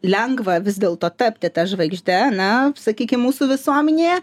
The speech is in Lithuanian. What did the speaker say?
lengva vis dėlto tapti ta žvaigžde na sakykim mūsų visuomenėje